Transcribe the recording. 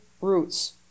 roots